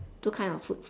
two kinds of food